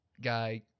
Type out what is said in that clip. guy